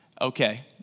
Okay